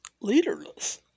leaderless